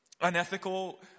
unethical